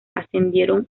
ascendieron